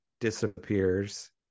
disappears